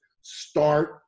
Start